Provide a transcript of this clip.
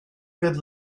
good